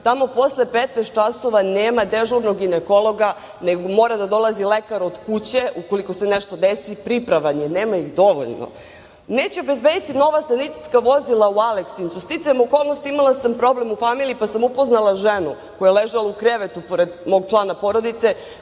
tamo posle 15.00 časova nema dežurnog ginekologa, nego mora da dolazi lekar od kuće ukoliko se nešto desi. Pripravan je, nema ih dovoljno. Neće obezbediti nova sanitetska vozila u Aleksincu. Sticajem okolnosti, imali sam problem u familiji, pa sam upoznala ženu koja je ležala u krevetu pored mog člana porodice,